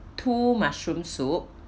two mushroom soup